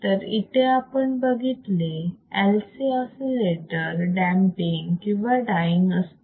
तर इथे आपण बघितले LC ऑसिलेटर डॅमपींग किंवा डाईंग असतो